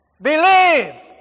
Believe